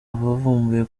bavumbuye